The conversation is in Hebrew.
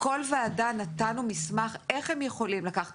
לכל ועדה נתנו מסמך איך הם יכולים לקחת